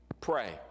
pray